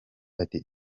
ati